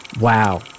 wow